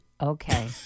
Okay